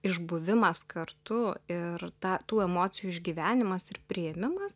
išbuvimas kartu ir tą tų emocijų išgyvenimas ir priėmimas